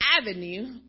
avenue